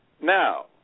Now